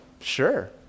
Sure